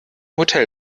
hotel